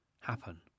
happen